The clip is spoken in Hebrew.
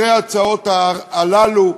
אחרי ההצעות הללו,